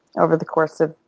over the course of,